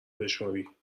بشمری